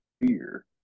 fear